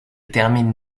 termine